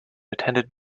attended